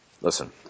Listen